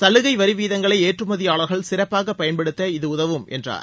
சலுகை வரி வீதங்களை ஏற்றுமதியாளர்கள் சிறப்பாக பயன்படுத்த இது உதவும் என்றார்